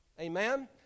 Amen